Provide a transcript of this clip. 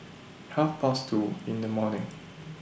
Half Past two in The morning